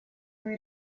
muy